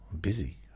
Busy